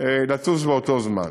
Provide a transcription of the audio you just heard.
לטוס באותו זמן,